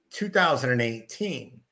2018